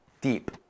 deep